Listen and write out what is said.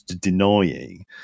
denying